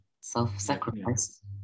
self-sacrifice